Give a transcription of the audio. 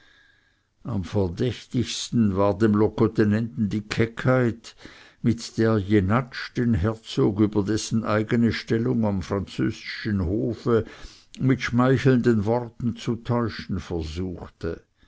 am verdächtigsten war dem locotenenten die keckheit mit der jenatsch den herzog über dessen eigene stellung am französischen hofe mit schmeichelnden worten zu täuschen versuchte